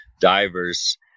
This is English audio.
divers